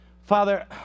Father